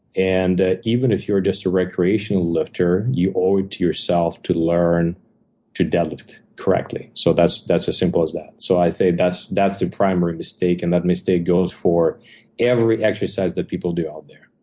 and even if you're just a recreational lifter, you owe it to yourself to learn to deadlift correctly. so that's that's as simple as that. so i say that's that's the primary mistake, and that mistake goes for every exercise that people do out there.